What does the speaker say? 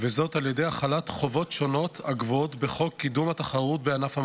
על ידי החלת חובות שונות הקבועות בחוק קידום התחרות בענף המזון,